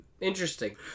interesting